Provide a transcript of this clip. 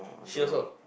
she also